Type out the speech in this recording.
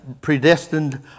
predestined